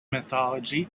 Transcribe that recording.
mythology